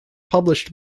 published